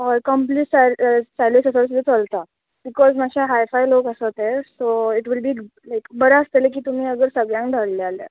हय कंप्लीट सेल सेलरी सकट सुद्दां चलता बिकॉज मात्शे हाय फाय लोक आसा ते so it will be like बरें आसतले की तुमी अगर सगळ्यांक धाडले जाल्यार